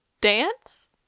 dance